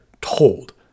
told